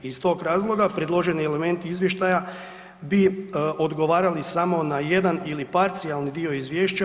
Iz tog razloga, predloženi elementi izvještaja bi odgovarali samo na jedan ili parcijalni dio izvješća.